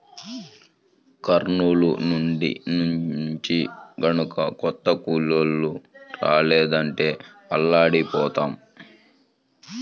కర్నూలు నుంచి గనక కొత్త కూలోళ్ళు రాలేదంటే అల్లాడిపోతాం